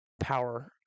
power